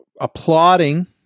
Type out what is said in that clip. applauding